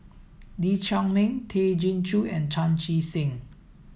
Lee Chiaw Meng Tay Chin Joo and Chan Chee Seng